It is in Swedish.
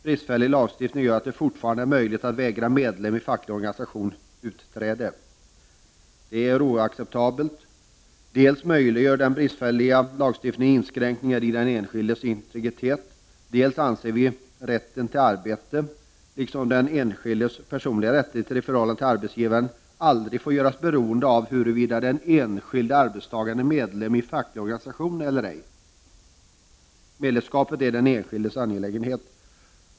Bristfällig lagstiftning gör att det fortfarande är möjligt att vägra medlem i facklig organisation utträde. Det är oacceptabelt. Dels möjliggör den bristfälliga lagstiftningen inskränkningar i den enskildes integritet, dels anser vi att rätten till arbete, liksom den enskildes personliga rättigheter i förhållande till arbetsgivaren, aldrig får göras beroende av huruvida den enskilde arbetstagaren är medlem i facklig organisation eller ej. Medlemskapet är den enskildes angelägenhet.